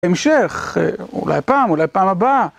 להמשך, אולי הפעם, אולי פעם הבאה.